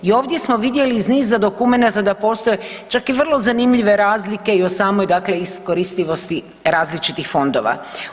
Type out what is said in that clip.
I ovdje smo vidjeli iz niza dokumenata da postoje čak i vrlo zanimljive razlike i o samoj iskoristivosti različitih fondova.